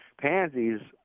pansies